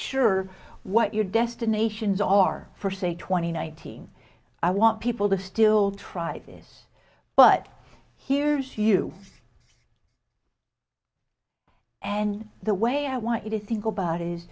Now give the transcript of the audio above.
sure what your destinations are for say twenty nineteen i want people to still try this but hears you and the way i want you to think about is